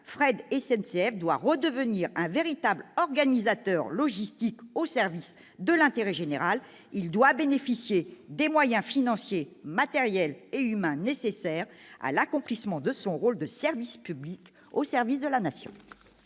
Fret SNCF doit redevenir un véritable organisateur logistique au service de l'intérêt général. Il doit bénéficier des moyens financiers, matériels et humains nécessaires à l'accomplissement de son rôle de service public au service de la Nation.